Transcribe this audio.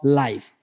life